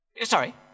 Sorry